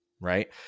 Right